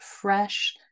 fresh